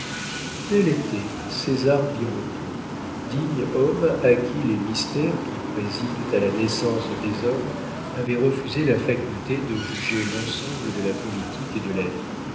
tel était césar birotteau digne homme à qui les mystères qui président à la naissance des hommes avaient refusé la faculté de juger l'ensemble de la politique et de la vie